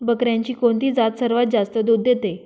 बकऱ्यांची कोणती जात सर्वात जास्त दूध देते?